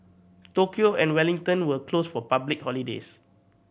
Tokyo and Wellington were closed for public holidays